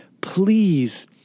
Please